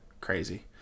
crazy